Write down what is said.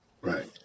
Right